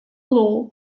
glo